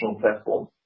platform